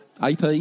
AP